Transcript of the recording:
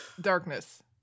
darkness